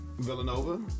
Villanova